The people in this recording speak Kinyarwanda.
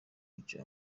mucyo